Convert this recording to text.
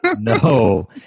No